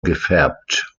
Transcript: gefärbt